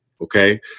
okay